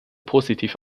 positiv